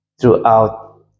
throughout